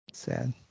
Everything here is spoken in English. sad